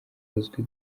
uzwi